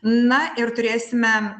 na ir turėsime